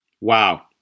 Wow